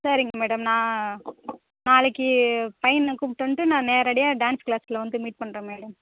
சரிங்க மேடம் நான் நாளைக்கு பையனை கூப்பிட்டு வந்துட்டு நான் நேரடியாக டான்ஸ் க்ளாஸில் வந்து மீட் பண்றேன் மேடம்